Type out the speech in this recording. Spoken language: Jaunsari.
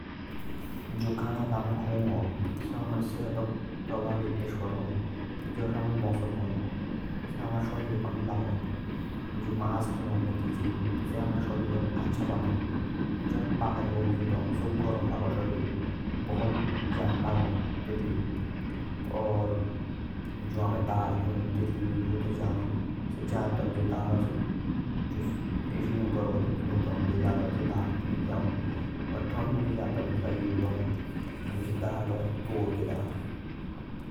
जो खानक अमे खाओ आ। साओ हमारे शारीरक ब्राभाओ एस करो। जस अमे मासा खौ तो साओ हमारे शरीर पांड लागो। जो अमे मास खाओ से अमारे शारीरक अच्छा बना।